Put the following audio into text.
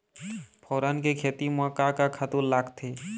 फोरन के खेती म का का खातू लागथे?